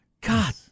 God